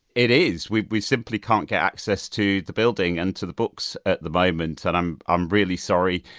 it is, we we simply can't get access to the building and to the books, at the moment and i'm i'm really sorry.